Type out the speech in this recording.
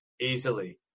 easily